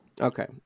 Okay